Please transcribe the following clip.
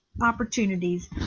opportunities